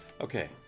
Okay